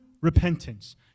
repentance